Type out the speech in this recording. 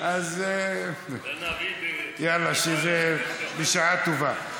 יאללה, בשעה טובה.